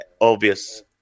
obvious